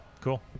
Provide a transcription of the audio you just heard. Cool